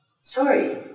Sorry